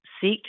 Seek